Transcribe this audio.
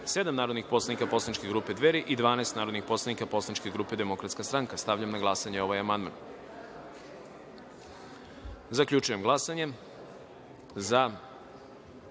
narodnih poslanik poslaničke grupe Dveri i 12 narodnih poslanika poslaničke grupe Demokratska stranka. Stavljam na glasanje ovaj amandman. Zaključujem glasanje